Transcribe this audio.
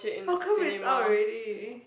how come it's out already